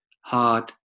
hard